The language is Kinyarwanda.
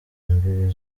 imbibi